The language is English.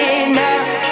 enough